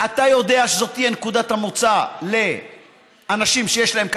אתה יודע שזאת תהיה נקודת המוצא לאנשים שיש להם,